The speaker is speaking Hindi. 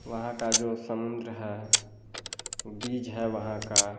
वहाँ का जो समुद्र है बीज है वहाँ का